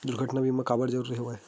दुर्घटना बीमा काबर जरूरी हवय?